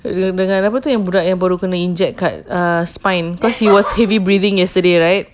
dengan apa tu yang budak yang baru kena inject kat uh spine cause she was heavy breathing yesterday right